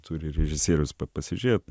turi režisierius pasižiūrėt